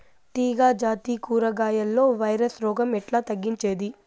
తీగ జాతి కూరగాయల్లో వైరస్ రోగం ఎట్లా తగ్గించేది?